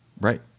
right